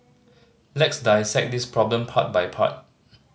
let's dissect this problem part by part